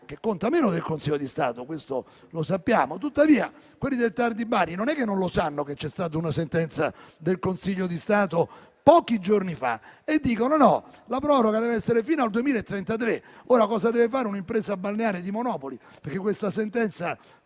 TAR conta meno del Consiglio di Stato, questo lo sappiamo; tuttavia, il TAR di Bari non è che non lo sappia che c'è stata una sentenza del Consiglio di Stato pochi giorni fa, ma sostiene che la proroga debba avvenire fino al 2033. Ora, cosa deve fare un'impresa balneare di Monopoli? La sentenza